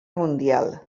mundial